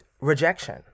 rejection